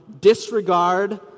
disregard